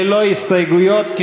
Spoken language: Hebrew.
ללא הסתייגויות,